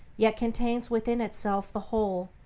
yet contains within itself the whole,